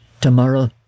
Tomorrow